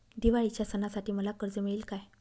दिवाळीच्या सणासाठी मला कर्ज मिळेल काय?